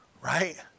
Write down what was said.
Right